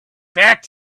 back